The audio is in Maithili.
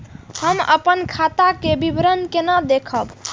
हम अपन खाता के विवरण केना देखब?